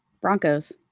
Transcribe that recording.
Broncos